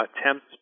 attempts